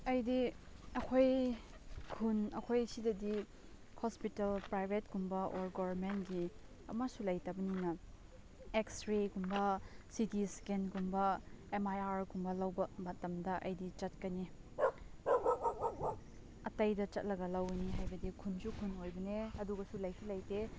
ꯑꯩꯗꯤ ꯑꯩꯈꯣꯏꯒꯤ ꯈꯨꯟ ꯑꯩꯈꯣꯏ ꯁꯤꯗꯗꯤ ꯍꯣꯁꯄꯤꯇꯥꯜ ꯄ꯭ꯔꯥꯏꯚꯦꯠꯀꯨꯝꯕ ꯑꯣꯔ ꯒꯣꯔꯃꯦꯟꯒꯤ ꯑꯃꯁꯨ ꯂꯩꯇꯕꯅꯤꯅ ꯑꯦꯛꯁꯔꯦꯒꯨꯝꯕ ꯁꯤ ꯇꯤ ꯏꯁꯀꯦꯟꯒꯨꯝꯕ ꯑꯦꯝ ꯑꯥꯔ ꯑꯥꯏꯒꯨꯝꯕ ꯂꯧꯕ ꯃꯇꯝꯗ ꯑꯩꯗꯤ ꯆꯠꯀꯅꯤ ꯑꯇꯩꯗ ꯆꯠꯂꯒ ꯂꯧꯒꯅꯤ ꯍꯥꯏꯕꯗꯤ ꯈꯨꯟꯁꯨ ꯈꯨꯟꯕꯅꯦ ꯑꯗꯨꯒꯁꯨ ꯂꯩꯁꯨ ꯂꯩꯇꯦ